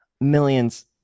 millions